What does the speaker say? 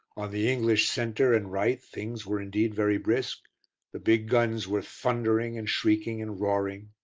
the english centre and right things were indeed very brisk the big guns were thundering and shrieking and roaring,